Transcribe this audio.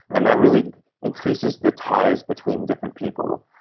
and that really increases the ties between different people.